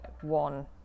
one